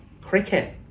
cricket